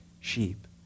sheep